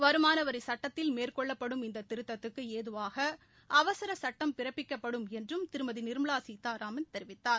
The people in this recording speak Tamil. வருமான வரிச் சுட்டத்தில் மேற்கொள்ளப்படும் இந்த திருத்தத்துக்கு ஏதுவாக அவசரச் சுட்டம் பிறப்பிக்கப்படும் என்றும் திருமதி நிர்மலா சீதாராமன் தெரிவித்தார்